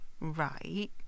Right